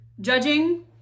judging